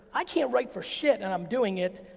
i can't write for shit, and i'm doing it.